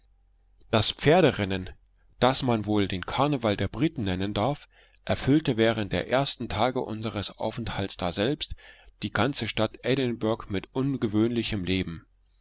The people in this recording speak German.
das pferderennen das man wohl den karneval der briten nennen darf erfüllte während der ersten tage unseres aufenthalts daselbst die ganze stadt edinburgh mit ungewöhnlichem leben